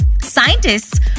Scientists